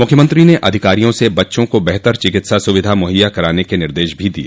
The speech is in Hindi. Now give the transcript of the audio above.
मुख्यमंत्री ने अधिकारियों से बच्चों को बेहतर चिकित्सा सुविधा मुहैया कराने के निर्देश भी दिय